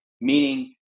meaning